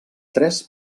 tres